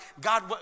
God